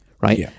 right